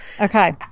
Okay